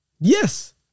Yes